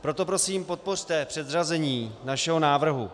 Proto prosím podpořte předřazení našeho návrhu.